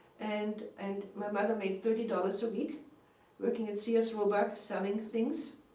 and and my mother made thirty dollars a week working at sears roebuck selling things.